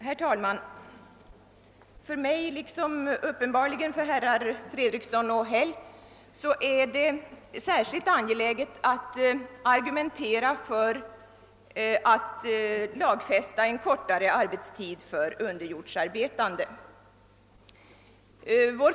Herr talman! För mig och uppenbarligen också för herrar Fredriksson och Häll är det särskilt angeläget att argumentera för en lagfäst kortare arbetstid för underjordsarbetande.